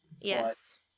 Yes